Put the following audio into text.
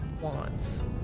wants